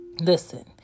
Listen